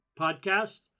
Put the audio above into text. podcast